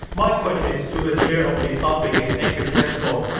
my question is to the chair of the public and active transport,